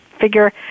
figure